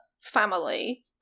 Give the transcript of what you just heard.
family